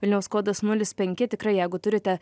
vilniaus kodas nulis penki tikrai jeigu turite